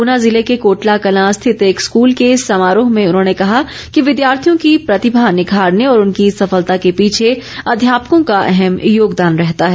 ऊना ज़िले के कोटला कलां स्थित एक स्कूल के समारोह में उन्होंने कहा कि विद्यार्थियों की प्रतिभा निखारने और उनकी सफलता के पीछे अध्यापकों का अहम योगदान रहता है